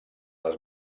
les